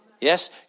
Yes